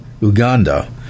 Uganda